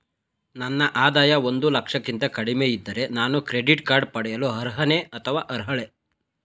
ನನ್ನ ಆದಾಯ ಒಂದು ಲಕ್ಷಕ್ಕಿಂತ ಕಡಿಮೆ ಇದ್ದರೆ ನಾನು ಕ್ರೆಡಿಟ್ ಕಾರ್ಡ್ ಪಡೆಯಲು ಅರ್ಹನೇ ಅಥವಾ ಅರ್ಹಳೆ?